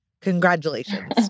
Congratulations